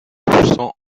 poussant